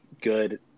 good